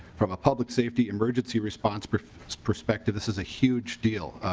from a public safety emergency response perspective this is a huge deal.